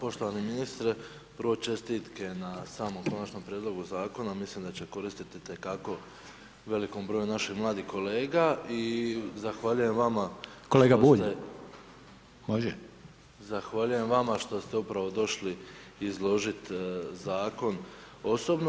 Poštovani ministre, prvo čestitke na samom Konačnom prijedlogu Zakona, mislim da će koristiti itekako velikom broju naših mladih kolega i zahvaljujem vama [[Upadica: Kolega Bulj…]] što ste [[Upadica: Može]] zahvaljujem vama što ste upravo došli izložiti Zakon osobno.